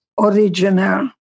original